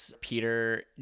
Peter